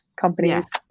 companies